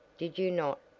did you not,